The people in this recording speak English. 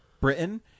Britain